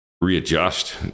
readjust